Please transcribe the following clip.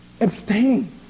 abstain